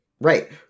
Right